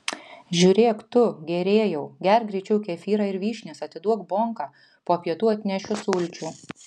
žiūrėk tu gėrėjau gerk greičiau kefyrą ir vyšnias atiduok bonką po pietų atnešiu sulčių